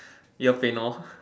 ear pain lor